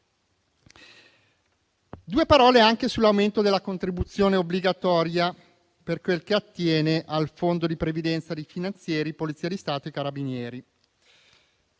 brevemente anche sull'aumento della contribuzione obbligatoria per quel che attiene al Fondo di previdenza di Guardia della finanza, Polizia di Stato e Carabinieri: